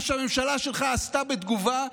מה שהממשלה שלך עשתה בתגובה,